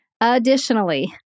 Additionally